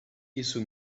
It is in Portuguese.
isso